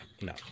No